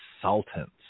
consultants